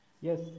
Yes